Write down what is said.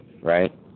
right